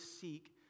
seek